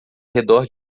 redor